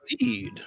lead